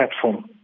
platform